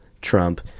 Trump